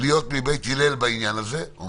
מבית הלל בעניין הזה.